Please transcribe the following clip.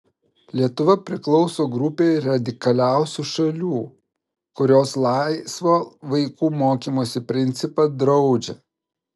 lietuva priklauso grupei radikaliausių šalių kurios laisvo vaikų mokymosi principą draudžia